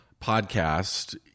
podcast